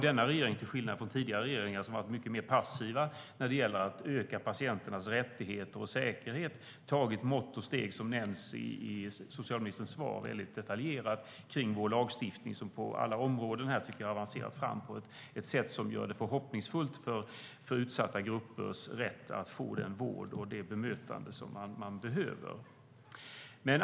Denna regering har, till skillnad från tidigare regeringar som har varit mycket mer passiva när det gäller att öka patienternas rättigheter och säkerhet, som nämns i socialministerns svar detaljerat tagit mått och steg kring vår lagstiftning. Jag tycker att lagstiftningen på alla områden här har avancerat på ett sätt som gör det förhoppningsfullt för utsatta grupper och deras rätt att få den vård och det bemötande som de behöver.